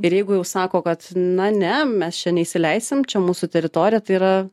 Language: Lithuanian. ir jeigu jau sako kad na ne mes čia neįsileisim čia mūsų teritorija tai yra